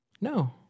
No